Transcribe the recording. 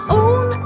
own